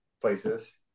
places